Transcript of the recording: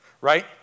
right